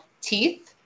Teeth